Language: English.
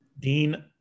Dean